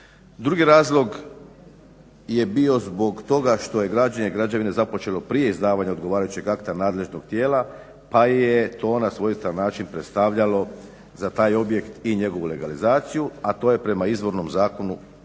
Drugi razlog je bio zbog toga što je građenje građevine započelo prije izdavanja odgovarajućeg akta nadležnog tijela pa je to na svojstven način predstavljalo za taj objekt i njegovu legalizaciju, a to je prema izvornom zakonu praktički